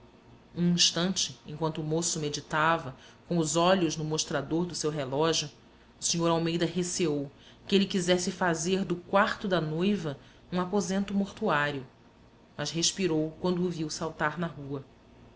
um instante enquanto o moço meditava com os olhos no mostrador do seu relógio o sr almeida receou que ele quisesse fazer do quarto da noiva um aposento mortuário mas respirou quando o viu saltar na rua